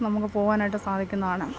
നമുക്ക് പോവാനായിട്ട് സാധിക്കുന്നതാണ്